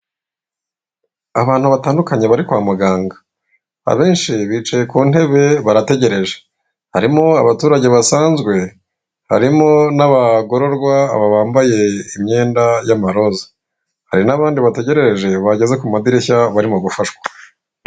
Abantu batandukanye bari kwa muganga. Abenshi bicaye ku ntebe barategereje harimo abaturage basanzwe, harimo n'abagororwa aba bambaye imyenda y'amaroza. Hari n'abandi bategereje bageze ku madirishya barimo gufashwa.